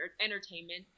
entertainment